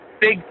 big